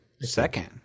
Second